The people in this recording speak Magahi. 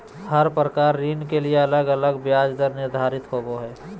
हर प्रकार के ऋण लगी अलग अलग ब्याज दर निर्धारित होवो हय